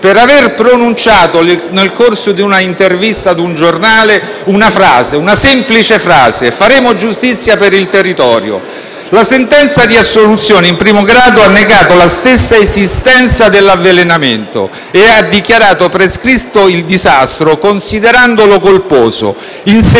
per aver pronunciato, nel corso di un'intervista ad un giornale, una frase, una semplice frase: faremo giustizia per il territorio. La sentenza di assoluzione in primo grado ha negato la stessa esistenza dell'avvelenamento e ha dichiarato prescritto il disastro, considerandolo colposo. In secondo